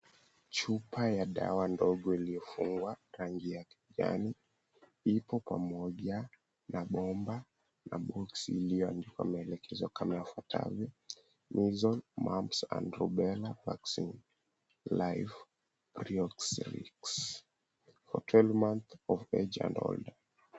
Chupa ya dawa ndogo iliyofungwa rangi ya kijani ipo pamoja na bomba la boksi iliyoandikwa maelekezo kama yafuatavyo Measles Mumps and Rubela Vaccine Live Riocsrics for 12 Months of Age and Old.